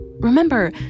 Remember